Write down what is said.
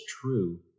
true